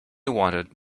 wanted